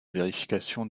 vérification